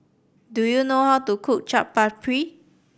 do you know how to cook Chaat Papri